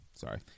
Sorry